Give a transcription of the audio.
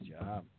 job